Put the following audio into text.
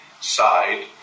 side